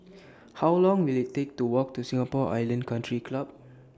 How Long Will IT Take to Walk to Singapore Island Country Club